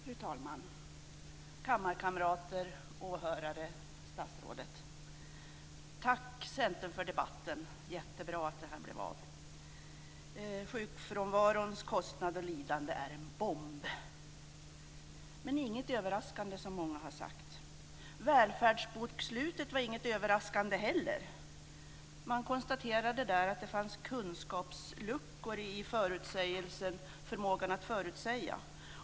Fru talman, kammarkamrater, åhörare och statsrådet! Tack Centern för debatten! Det är jättebra att den blev av. Sjukfrånvarons effekter i kostnader och lidande är en bomb. Men det är inget överraskande, som många har sagt. Värlfärdsbokslutet var heller inte något överraskande. Man konstaterade där att det fanns kunskapsluckor i förmågan att förutsäga.